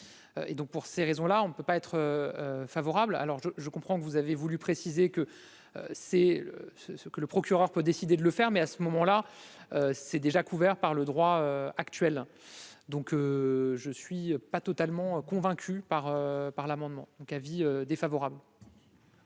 et donc pour ces raisons-là, on ne peut pas être favorable alors je je comprends que vous avez voulu préciser que c'est ce ce que le procureur peut décider de le faire, mais à ce moment-là, c'est déjà couvert par le droit actuel, donc je suis pas totalement convaincu par par l'amendement donc avis défavorable.